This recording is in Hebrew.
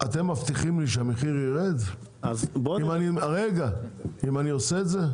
אתם מבטיחים לי שהמחיר יירד אם אני עושה את זה?